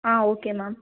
ah okay ma'am